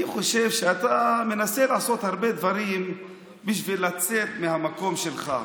אני חושב שאתה מנסה לעשות הרבה דברים בשביל לצאת מהמקום שלך.